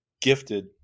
gifted